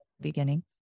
beginning